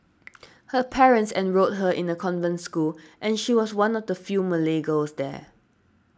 her parents enrolled her in a convent school and she was one of the few Malay girls there